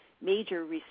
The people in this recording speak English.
major